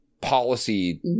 policy